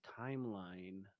timeline